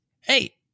hey